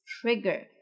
trigger